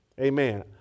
Amen